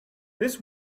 this